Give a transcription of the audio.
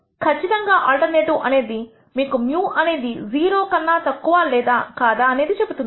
కచ్చితంగా ఆల్టర్నేటివ్ అనేది మీకు μఅనేది 0 కన్నా తక్కువ లేదా కాదా అనేది చెబుతుంది